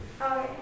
Okay